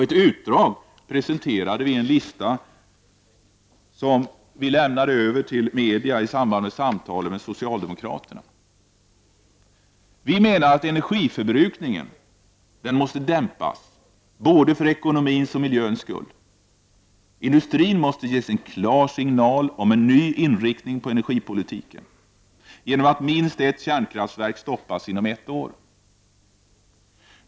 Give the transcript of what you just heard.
Ett utdrag presenterade vi i en lista som vi lämnade över till media i samband med samtalen med socialdemokraterna. Vi menar att energiförbrukningen måste dämpas både för ekonomins och miljöns skull. Industrin måste ges en klar signal om en ny inriktning på energipolitiken genom att minst ett kärnkraftverk stoppas inom ett år.